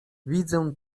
widzę